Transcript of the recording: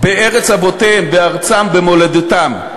בארץ אבותיהם, בארצם, במולדתם,